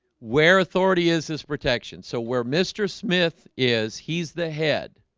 where authority is this protection? so we're mr. smith is he's the head?